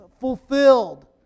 fulfilled